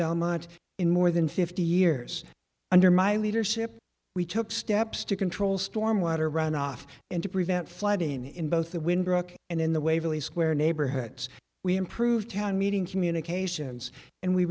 belmont in more than fifty years under my leadership we took steps to control storm water runoff and to prevent flooding in both the wind broke and in the waverly square neighborhoods we improve town meeting communications and we